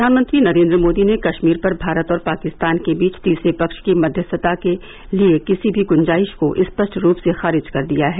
प्रधानमंत्री नरेंद्र मोदी ने कश्मीर पर भारत और पाकिस्तान के बीच तीसरे पक्ष की मध्यस्थता के लिए किसी भी गुंजाइश को स्पष्ट रूप से खारिज कर दिया है